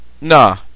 nah